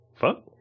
Fuck